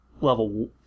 level